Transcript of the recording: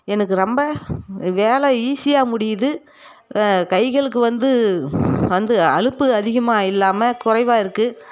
எனக்கு ரொம்ப வேலை ஈஸியாக முடியுது கைகளுக்கு வந்து வந்து அழுப்பு அதிகமாக இல்லாமல் குறைவாக இருக்குது